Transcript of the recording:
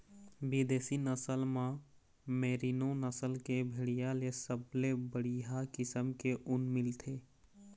बिदेशी नसल म मेरीनो नसल के भेड़िया ले सबले बड़िहा किसम के ऊन मिलथे